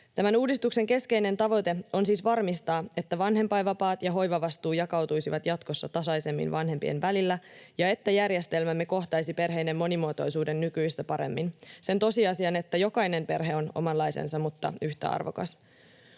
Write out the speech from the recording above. Tämän uudistuksen keskeinen tavoite on siis varmistaa, että vanhempainvapaat ja hoivavastuu jakautuisivat jatkossa tasaisemmin vanhempien välillä ja että järjestelmämme kohtaisi perheiden monimuotoisuuden nykyistä paremmin, sen tosiasian, että jokainen perhe on omanlaisensa mutta yhtä arvokas.